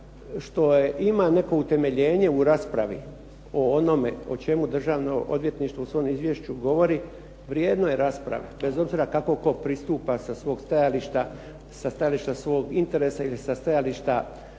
što ima neko utemeljenje u raspravi o onome o čemu Državno odvjetništvo u svom izvješću govori vrijedno je rasprave, bez obzira kako tko pristupa sa svog stajališta, sa stajališta svog interesa ili sa stajališta